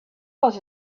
was